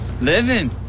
Living